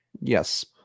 Yes